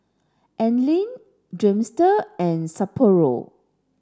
Anlene Dreamster and Sapporo